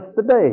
today